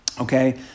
okay